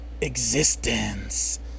Existence